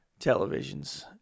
televisions